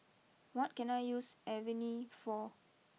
what can I use Avene for